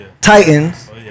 Titans